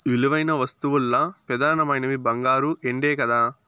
విలువైన వస్తువుల్ల పెదానమైనవి బంగారు, ఎండే కదా